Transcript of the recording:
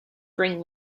bring